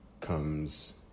comes